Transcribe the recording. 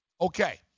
Okay